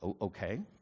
Okay